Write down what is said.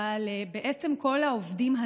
אבל בסוף חודש יוני בעצם כל העובדים הזרים